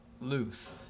loose